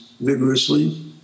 Vigorously